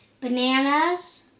bananas